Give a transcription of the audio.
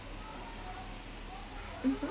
mmhmm